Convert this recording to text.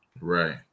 Right